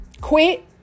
quit